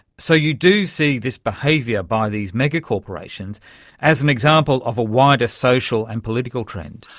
so you do see this behaviour by these mega-corporations as an example of a wider social and political trend.